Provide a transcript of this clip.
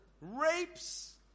rapes